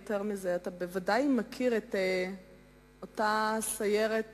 יותר מזה: אתה בוודאי מכיר את אותה סיירת